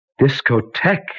Discotheque